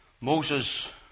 Moses